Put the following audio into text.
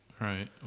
Right